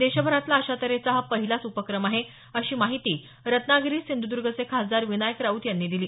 देशभरातला अशा तऱ्हेचा हा पहिलाच उपक्रम आहे अशी माहिती रत्नागिरी सिंधूदर्गचे खासदार विनायक राऊत यांनी दिली